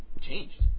changed